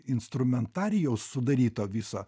instrumentarijaus sudaryto viso